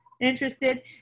interested